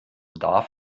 darf